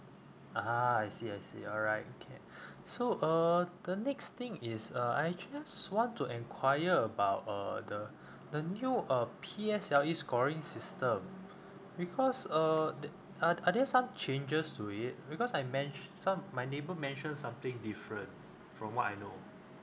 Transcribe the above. ah ha I see I see alright okay so uh the next thing is uh I just want to enquire about uh the the new uh P_S_L_E scoring system because uh that are are there some changes to it because I mentio~ some~ my neighbour mentioned something different from what I know